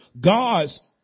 God's